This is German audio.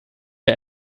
wer